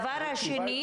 שנית,